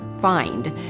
find